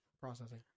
processing